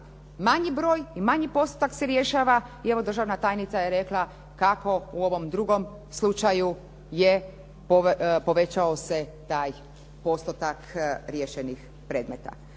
manji broj i manji postotak se rješava i evo državna tajnica je rekla kako u ovom drugom slučaju je povećao se taj postotak riješenih predmeta.